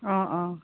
অঁ অঁ